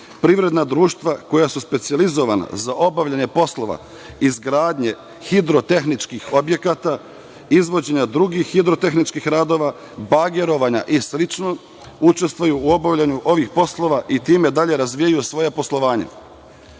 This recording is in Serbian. privredna društva koja su specijalizovana za obavljanje poslova izgradnje hidrotehničkih objekata, izvođenja drugih hidrotehničkih radova, bagerovanja i slično učestvuju u obavljanju ovih poslova i time dalje razvijaju svoje poslovanje.